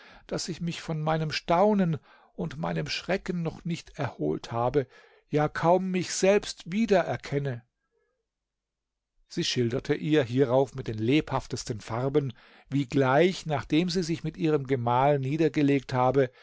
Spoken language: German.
daß ich mich von meinem staunen und meinem schrecken noch nicht erholt habe ja kaum mich selbst wieder erkenne sie schilderte ihr hierauf mit den lebhaftesten farben wie gleich nachdem sie sich mit ihrem gemahl niedergelegt habe